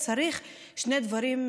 צריך שני דברים,